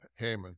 Heyman